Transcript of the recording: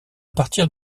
partir